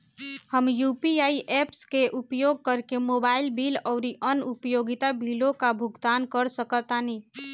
हम UPI apps के उपयोग करके मोबाइल बिल आउर अन्य उपयोगिता बिलों का भुगतान कर सकतानी